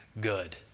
good